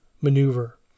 maneuver